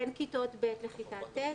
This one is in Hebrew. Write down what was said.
בין כיתות ב' לכיתה ט'.